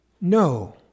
No